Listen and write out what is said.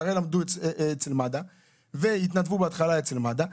הם הרי למדו אצל מד"א והתנדבו בהתחלה אצל מד"א.